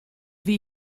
wie